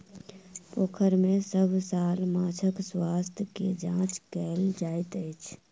पोखैर में सभ साल माँछक स्वास्थ्य के जांच कएल जाइत अछि